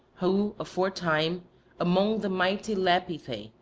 who aforetime among the mighty lapithae,